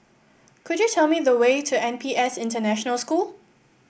could you tell me the way to N P S International School